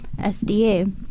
SDA